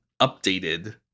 updated